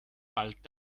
bald